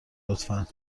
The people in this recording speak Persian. لطفا